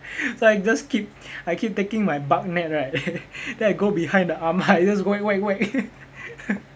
so I just keep I keep taking my bug net right then I go behind the ah ma I just whack whack whack